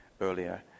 earlier